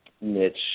niche